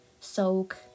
soak